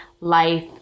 life